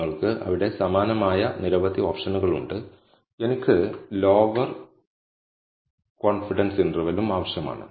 നിങ്ങൾക്ക് അവിടെ സമാനമായ നിരവധി ഓപ്ഷനുകൾ ഉണ്ട് എനിക്ക് ലോവർ കോൺഫിഡൻസ് ഇന്റർവെൽലും ആവശ്യമാണ്